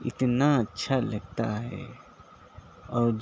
اتنا اچّھا لگتا ہے اور جو